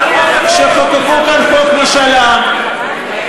כשחוקקו כאן חוק משאל עם,